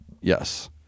Yes